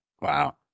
Wow